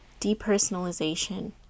depersonalization